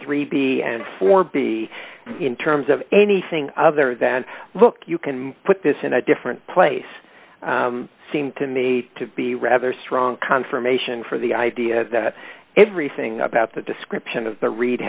three b and four b in terms of anything other than look you can put this in a different place seemed to me to be rather strong confirmation for the idea that everything about the description of the read